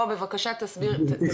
בוא בבקשה תסביר --- גברתי,